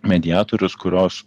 mediatorius kurios